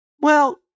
Well-